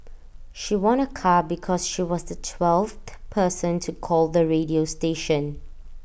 she won A car because she was the twelfth person to call the radio station